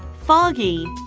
foggy.